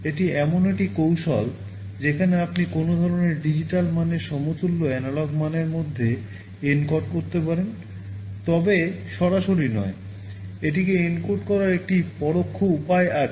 প্রথমে pulse width modulation করার একটি পরোক্ষ উপায় আছে